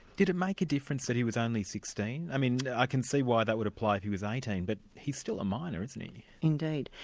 did it make a difference that he was only sixteen? i mean i can see why that would apply if he was eighteen, but he's still a minor, isn't he? indeed.